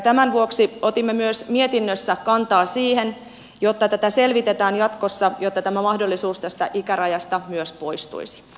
tämän vuoksi otimme myös mietinnössä kantaa siihen että tätä selvitetään jatkossa jotta tämä mahdollisuus tästä ikärajasta myös poistuisi